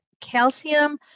calcium